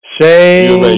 Shame